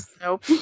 Nope